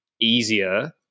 easier